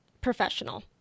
professional